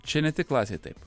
čia ne tik klasėj taip